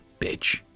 bitch